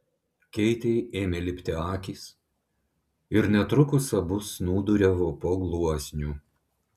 keitei ėmė lipti akys ir netrukus abu snūduriavo po gluosniu